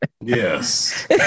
Yes